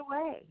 away